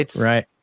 Right